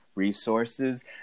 resources